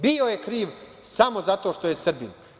Bio je kriv, samo zato što je Srbin.